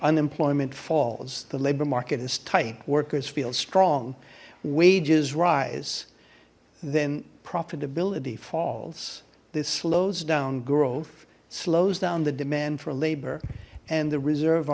unemployment falls the labor market is tight workers feel strong wages rise then profitability falls this slows down growth slows down the demand for labor and the reserve